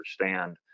understand